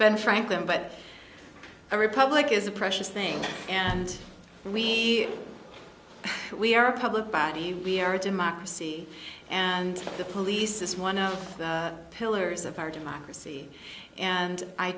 ben franklin but a republic is a precious thing and we we are a public body we are a democracy and the police is one of the pillars of our democracy and i